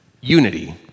unity